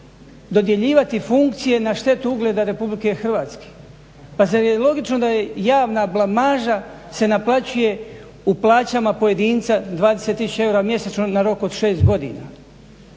dodjeljivati funkcije na štetu ugleda RH? pa zar je logično da javna blamaža se naplaćuje u plaćama pojedinca 20 tisuća eura mjesečno na rok od 6 godina?